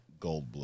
Goldblum